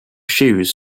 shoes